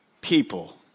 people